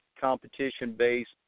competition-based